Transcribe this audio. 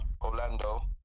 Orlando